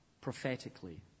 prophetically